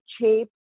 cheap